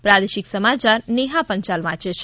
પ્રાદેશિક સમાચાર નેહા પંચાલ વાંચે છે